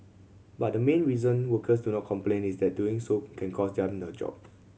but the main reason workers do not complain is that doing so can cost them their job